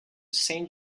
saint